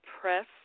press